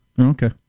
Okay